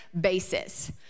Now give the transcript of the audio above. basis